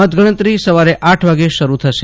મતગણતરી સવારે આઠ વાગે શરૂ થશે